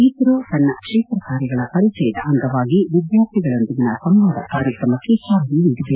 ಇಸ್ರೋ ತನ್ನ ಕ್ಷೇತ್ರ ಕಾರ್ಯಗಳ ಪರಿಚಯದ ಅಂಗವಾಗಿ ವಿದ್ವಾರ್ಥಿಗಳೊಂದಿಗಿನ ಸಂವಾದ ಕಾರ್ಯಕ್ರಮಕ್ಕೆ ಚಾಲನೆ ನೀಡಿದೆ